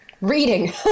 Reading